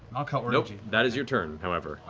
ah kind of nope. that is your turn, however.